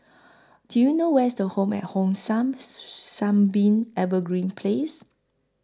Do YOU know Where IS The Home At Hong San Sunbeam Evergreen Place